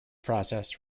process